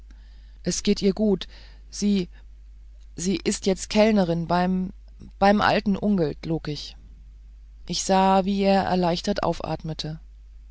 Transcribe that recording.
es geht ihr gut sie sie ist jetzt kellnerin beim alten ungelt log ich ich sah wie er erleichtert aufatmete